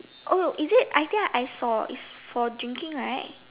oh is it I think I saw its for drinking right